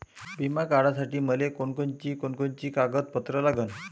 बिमा काढासाठी मले कोनची कोनची कागदपत्र लागन?